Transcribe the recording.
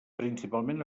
principalment